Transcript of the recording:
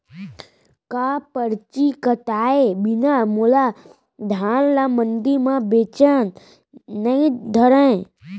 का परची कटाय बिना मोला धान ल मंडी म बेचन नई धरय?